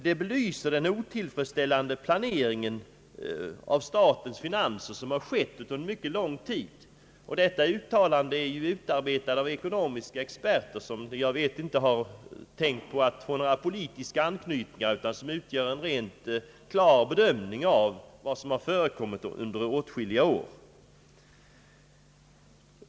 Det belyser den otillfredsställande planering av statens finanser, som har skett under mycket lång tid, och är utarbetat av ekonomiska experter, som såvitt jag vet, inte siktat på några politiska anknytningar; det utgör en klar bedömning av vad som har förekommit under åtskilliga år.